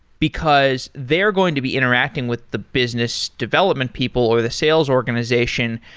because they're going to be interacting with the business development people or the sales organization.